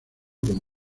como